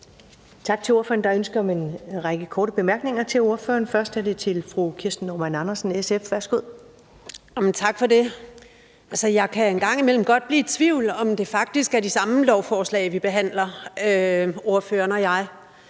Tak til ordføreren. Der er ønsker om en række korte bemærkninger til ordføreren. Først er det til fru Kirsten Normann Andersen, SF. Værsgo. Kl. 15:10 Kirsten Normann Andersen (SF): Tak for det. Jeg kan en gang imellem godt blive i tvivl om, om det faktisk er de samme lovforslag, vi – ordføreren og jeg